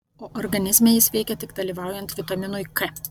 o organizme jis veikia tik dalyvaujant vitaminui k